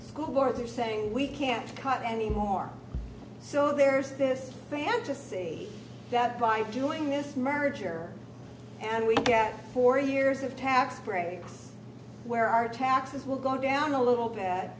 who are they're saying we can't cut anymore so there's this fantasy that by doing this merger and we get four years of tax breaks where our taxes will go down a little bit